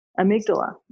amygdala